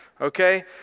okay